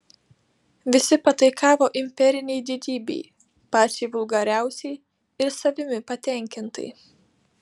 visi pataikavo imperinei didybei pačiai vulgariausiai ir savimi patenkintai